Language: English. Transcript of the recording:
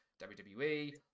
WWE